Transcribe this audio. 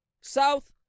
south